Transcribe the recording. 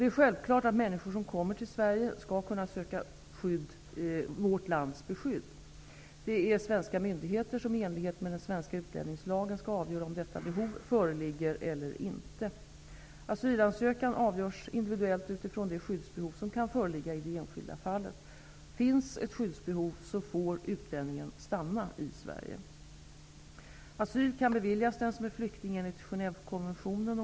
Det är självklart att människor som kommer till Sverige skall kunna söka vårt lands beskydd. Det är svenska myndigheter som i enlighet med den svenska utlänningslagen skall avgöra om detta behov föreligger eller inte. Asylansökan avgörs individuellt utifrån det skyddsbehov som kan föreligga i det enskilda fallet. Finns ett skyddsbehov får utlänningen stanna i Sverige. Asyl kan beviljas den som är flykting enligt Genèvekonventionen.